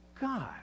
God